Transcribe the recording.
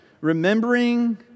Remembering